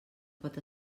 pot